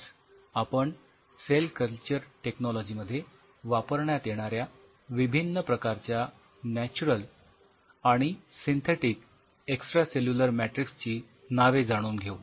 आज आपण cell culture टेक्नॉलॉजीमध्ये वापरण्यात येणाऱ्या विभिन्न प्रकारच्या नॅच्युरल आणि सिंथेटिक एक्सट्रासेल्युलर मॅट्रिक्सची नावे जाणून घेऊ